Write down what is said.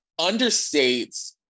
understates